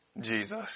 jesus